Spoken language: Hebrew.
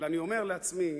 אבל אני אומר לעצמי,